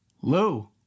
Lou